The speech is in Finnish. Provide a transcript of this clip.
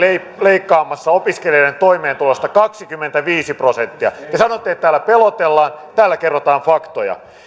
leikkaamassa opiskelijoiden toimeentulosta kaksikymmentäviisi prosenttia te sanotte että täällä pelotellaan täällä kerrotaan faktoja